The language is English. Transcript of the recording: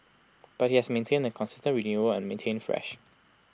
but IT has maintained A consistent renewal and remained fresh